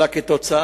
אלא עקב התססה